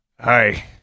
Hi